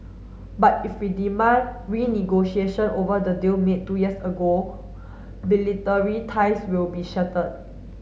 but if we demand renegotiation over the deal made two years ago ties will be shattered